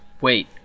wait